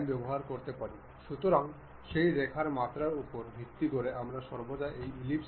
আমরা এই পিনে ডান ক্লিক করতে পারি আমরা এটি ফ্লোটিং করে তুলব এবং আমরা স্লটের উপর ডান ক্লিক করব এবং আমরা এটি ঠিক করব